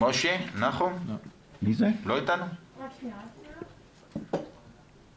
שלום לאדוני יושב-ראש הוועדה וחברי הוועדה